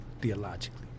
theologically